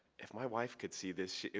if my wife could see this,